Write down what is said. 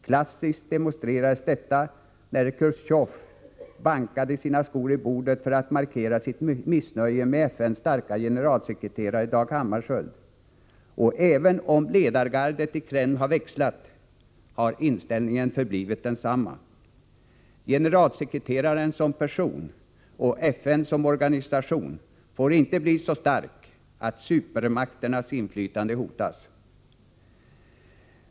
Klassiskt demonstrerades detta när Chrusjtjov bankade sina skor i bordet för att markera sitt missnöje med FN:s starke generalsekreterare Dag Hammarskjöld, och även om ledargardet i Kreml har växlat, har inställningen förblivit densamma. Generalsekreteraren som person och FN som organisation får inte bli så starka att supermakternas inflytande hotas.